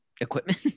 equipment